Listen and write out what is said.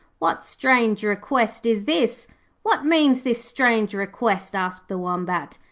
what strange request is this what means this strange request asked the wombat.